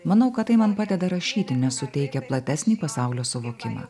manau kad tai man padeda rašyti nesuteikia platesnį pasaulio suvokimą